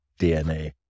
dna